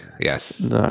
yes